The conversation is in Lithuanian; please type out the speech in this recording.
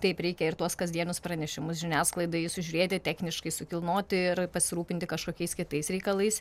taip reikia ir tuos kasdienius pranešimus žiniasklaidai sužiūrėti techniškai sukilnoti ir pasirūpinti kažkokiais kitais reikalais